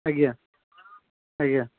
ଆଜ୍ଞା ଆଜ୍ଞା